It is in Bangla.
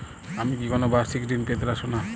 আমি কি কোন বাষিক ঋন পেতরাশুনা?